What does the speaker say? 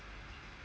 mm